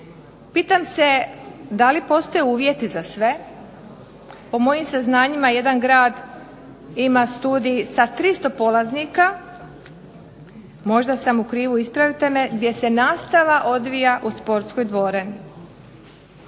Pitam se da li postoje uvjeti za sve, po mojim saznanjima jedan grad ima studij sa 300 polaznika, možda sam u krivu, ispravite me, gdje se nastava odvija u sportskoj dvorani.